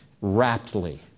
raptly